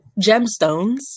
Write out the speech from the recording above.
gemstones